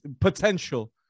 potential